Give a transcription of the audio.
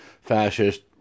fascist